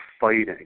fighting